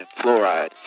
fluoride